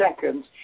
seconds